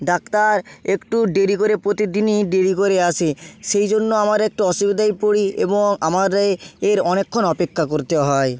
doctor একটু দেরি করে প্রতিদিনই দেরি করে আসে সেই জন্য আমার একটু অসুবিধায় পরি এবং আমাদের এর অনেকক্ষণ অপেক্ষা করতে হয়